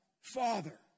Father